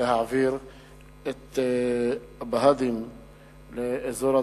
להעביר את הבה"דים לאזור הדרום,